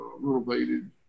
renovated